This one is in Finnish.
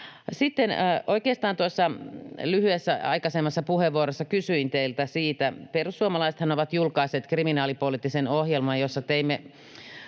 Sitten oikeastaan siitä, mistä tuossa aikaisemmassa lyhyessä puheenvuorossani kysyin: Perussuomalaisethan ovat julkaisseet kriminaalipoliittisen ohjelman, jossa teimme